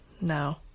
no